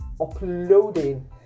uploading